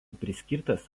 priskirtas